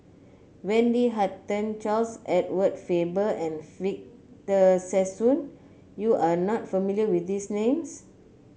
Wendy Hutton Charles Edward Faber and Victor Sassoon you are not familiar with these names